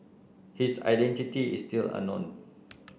his identity is still unknown